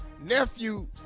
nephew